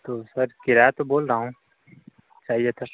तो सर किराया तो बोल रहा हूँ बताइए सर